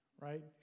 right